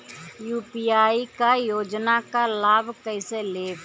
UP क योजना क लाभ कइसे लेब?